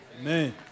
Amen